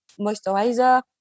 moisturizer